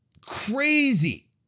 Crazy